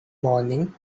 morning